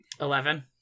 Eleven